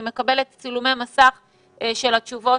אני מקבלת צילומי מסך של התשובות.